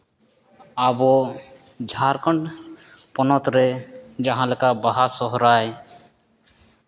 ᱟᱵᱚ ᱡᱷᱟᱲᱠᱷᱚᱸᱰ ᱯᱚᱱᱚᱛ ᱨᱮ ᱡᱟᱦᱟᱸ ᱞᱮᱠᱟ ᱵᱟᱦᱟ ᱥᱚᱦᱨᱟᱭ